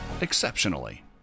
exceptionally